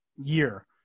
year